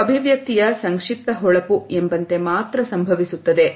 ಇದು ಅಭಿವ್ಯಕ್ತಿಯ ಸಂಕ್ಷಿಪ್ತ ಹೊಳಪು ಎಂಬಂತೆ ಮಾತ್ರ ಸಂಭವಿಸುತ್ತದೆ